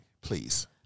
Please